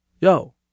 yo